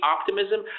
optimism